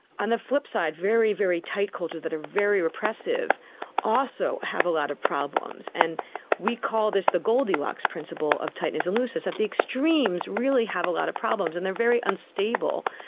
on the flip-side, very, very tight cultures that are very oppressive also have a lot of problems, and we call this the goldilocks principle of tightness and looseness, that the extremes really have a lot of problems and they are very unstable.